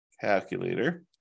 Calculator